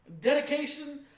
dedication